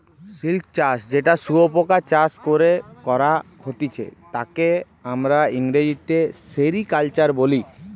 silk চাষ যেটা শুয়োপোকা চাষ করে করা হতিছে তাকে আমরা ইংরেজিতে সেরিকালচার বলি